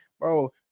bro